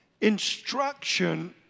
instruction